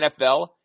NFL